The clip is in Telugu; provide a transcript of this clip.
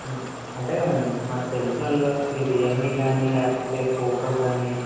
అంటే మాకు తెలిసిన వాళ్ళు ఈ రియల్ మీ కానీ లేకపోతే పోకో కానీ